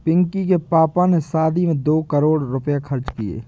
पिंकी के पापा ने शादी में दो करोड़ रुपए खर्च किए